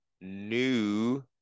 new